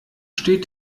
steht